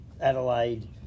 Adelaide